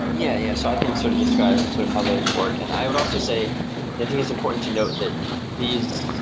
yeah yeah. so i can sort of describe sort of how this work, and i would also say i think it's important to note that these,